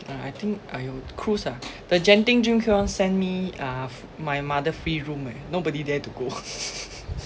uh I think !aiyo! cruise ah the genting june keep on send me uh my mother free room eh nobody dare to go